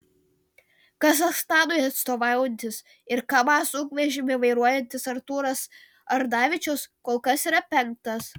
kazachstanui atstovaujantis ir kamaz sunkvežimį vairuojantis artūras ardavičius kol kas yra penktas